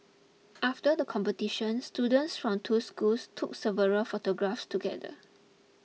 after the competition students from two schools took several photographs together